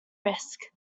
risk